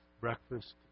breakfast